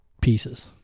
pieces